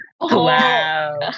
Wow